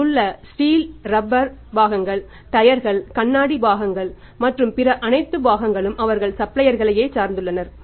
அங்குள்ள steel rubber பாகங்கள் டயர்கள் கண்ணாடி பாகங்கள் மற்றும் பிற அனைத்தும் பாகங்களுக்கும் அவர்கள் சப்ளையர்களையே சார்ந்துள்ளனர்